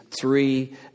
three